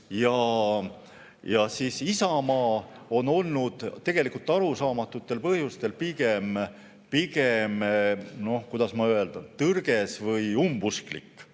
Isamaa on olnud tegelikult arusaamatutel põhjustel pigem, kuidas öelda, tõrges või umbusklik.